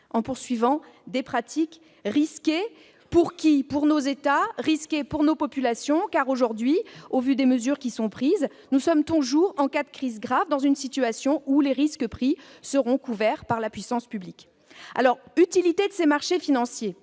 la poursuite de pratiques risquées. Risquées pour qui ? Pour nos États et pour nos populations, car aujourd'hui, au vu des mesures qui sont prises, nous sommes toujours, en cas de crise grave, dans une situation où les risques pris seront couverts par la puissance publique. Quelle est donc l'utilité de ce marché financier